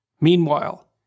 Meanwhile